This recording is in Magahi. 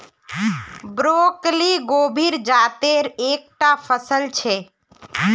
ब्रोकली गोभीर जातेर एक टा फसल छे